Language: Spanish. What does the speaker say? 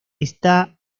está